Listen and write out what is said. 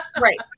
Right